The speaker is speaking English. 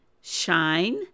shine